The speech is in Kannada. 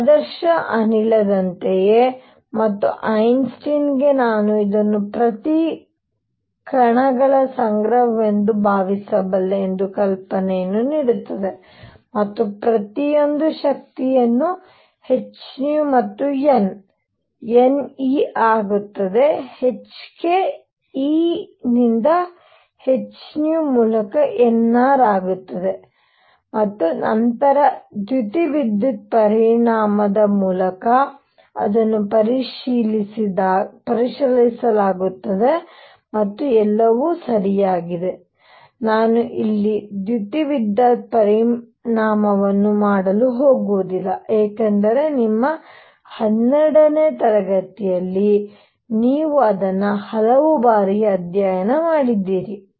ಆದರ್ಶ ಅನಿಲದಂತೆಯೇ ಮತ್ತು ಐನ್ಸ್ಟೈನ್ಗೆ ನಾನು ಇದನ್ನು ಪ್ರತಿ ಕಣಗಳ ಸಂಗ್ರಹವೆಂದು ಭಾವಿಸಬಲ್ಲೆ ಎಂಬ ಕಲ್ಪನೆಯನ್ನು ನೀಡುತ್ತದೆ ಮತ್ತು ಪ್ರತಿಯೊಂದೂ ಶಕ್ತಿಯುಳ್ಳ h ಮತ್ತು n n E ಆಗುತ್ತದೆ hk E ನಿಂದ h ಮೂಲಕ n R ಆಗುತ್ತದೆ ಮತ್ತು ನಂತರ ದ್ಯುತಿವಿದ್ಯುತ್ ಪರಿಣಾಮದ ಮೂಲಕ ಅದನ್ನು ಪರಿಶೀಲಿಸಲಾಗುತ್ತದೆ ಮತ್ತು ಎಲ್ಲವೂ ಸರಿಯಾಗಿದೆ ನಾನು ಇಲ್ಲಿ ದ್ಯುತಿವಿದ್ಯುತ್ ಪರಿಣಾಮವನ್ನು ಮಾಡಲು ಹೋಗುವುದಿಲ್ಲ ಏಕೆಂದರೆ ನಿಮ್ಮ 12 ನೇ ತರಗತಿಯಲ್ಲಿ ನೀವು ಇದನ್ನು ಹಲವು ಬಾರಿ ಅಧ್ಯಯನ ಮಾಡಿದ್ದೀರಿ